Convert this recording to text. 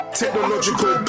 technological